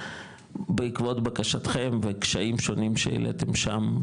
בעקבות בקשתכם וקשיים שונים שהעליתם שם,